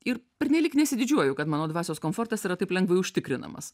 ir pernelyg nesididžiuoju kad mano dvasios komfortas yra taip lengvai užtikrinamas